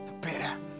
better